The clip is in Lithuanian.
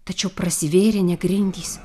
tačiau prasivėrė ne grindys